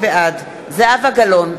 בעד זהבה גלאון,